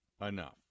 enough